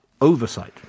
oversight